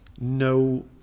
no